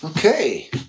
Okay